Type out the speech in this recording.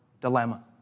dilemma